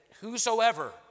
Whosoever